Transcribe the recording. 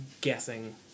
guessing